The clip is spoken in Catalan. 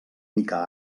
mica